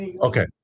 Okay